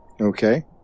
Okay